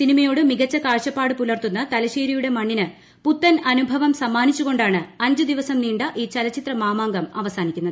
സിനിമയോട് മികച്ച കാഴ്ചപ്പാട് പുലർത്തുന്ന തലശ്ശേരിയുടെ മണ്ണിന് പുത്തൻ അനുഭവം സമ്മാനിച്ചു കൊണ്ടാണ് അഞ്ച് ദിവസം നീണ്ട ഈ ചലച്ചിത്ര മാമങ്കം അവസാനിക്കുന്നത്